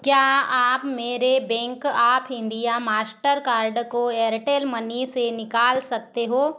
क्या आप मेरे bank of India master card को एयरटेल मनी से निकाल सकते हो